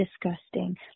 disgusting